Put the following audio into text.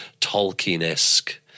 Tolkien-esque